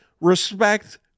respect